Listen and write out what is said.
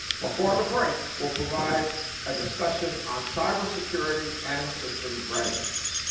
before the break we'll provide a discussion on cyber security and system readiness.